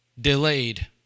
delayed